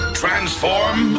transform